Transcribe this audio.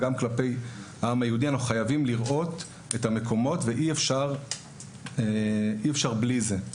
וגם כלפי העם היהודי את המקומות ואי אפשר בלי זה.